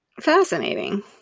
Fascinating